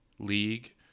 league